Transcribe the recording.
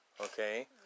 Okay